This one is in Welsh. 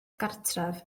gartref